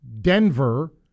Denver